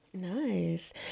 Nice